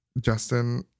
Justin